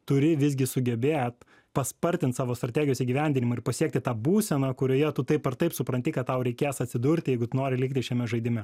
turi visgi sugebėt paspartint savo strategijos įgyvendinimą ir pasiekti tą būseną kurioje tu taip ar taip supranti kad tau reikės atsidurti jeigu tu nori likti šiame žaidime